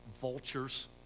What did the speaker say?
vultures